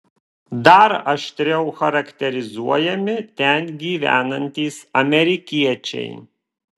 dar aštriau charakterizuojami ten gyvenantys amerikiečiai